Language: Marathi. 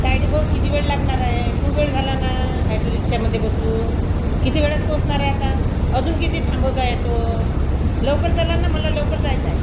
तायडे गो किती वेळ लागणार आहे खूप वेळ झाला ना ॲटोरिक्षामध्ये बसून किती वेळात पोहोचणार आहे आता अजून किती थांबवत आहे ॲटो लवकर चला ना मला लवकर जायचं आहे